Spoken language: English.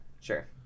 Sure